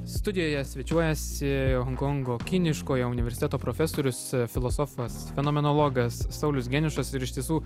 studijoje svečiuojasi honkongo kiniškojo universiteto profesorius filosofas fenomenologas saulius geniušas ir iš tiesų